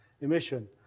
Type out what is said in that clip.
emission